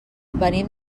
venim